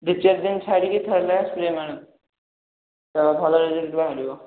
ଦୁଇ ଚାରି ଦିନ ଛାଡ଼ିକି ଥରେ ଲେଖାଁ ସ୍ପ୍ରେ ମାରନ୍ତୁ ତା'ପରେ ଭଲ ରେଜଲ୍ଟ ବାହାରିବ